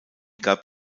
gab